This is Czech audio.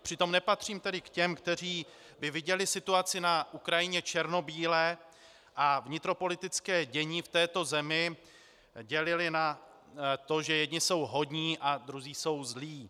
Přitom nepatřím tedy k těm, kteří by viděli situaci na Ukrajině černobíle a vnitropolitické dění v této zemi dělili na to, že jedni jsou hodní a druzí jsou zlí.